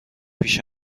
پیش